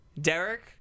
Derek